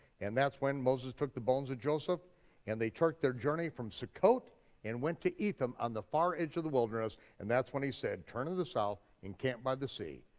and that's when moses took the bones of joseph and the took their journey from succoth, and went to etham on the far edge of the wilderness, and that's when he said turn to the south, and camp by the sea,